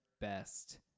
best